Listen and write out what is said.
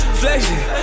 flexing